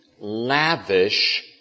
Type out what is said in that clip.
lavish